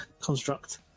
construct